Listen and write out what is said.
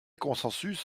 consensus